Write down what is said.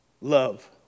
love